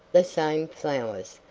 the same flowers,